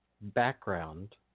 background